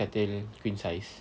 katil queen-sized